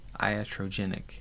Iatrogenic